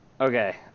Okay